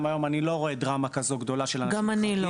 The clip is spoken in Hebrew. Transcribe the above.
היום אני לא רואה דרמה כזו גדולה של אנשים מחכים,